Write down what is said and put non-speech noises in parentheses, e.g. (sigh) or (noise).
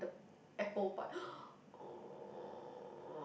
apple pie oh (noise) !aww!